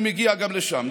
אני מגיע גם לשם,